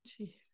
jeez